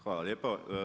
Hvala lijepa.